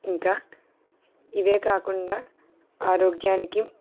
ఇంకా ఇవే కాకుండా ఆరోగ్యానికి